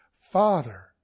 Father